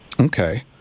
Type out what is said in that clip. Okay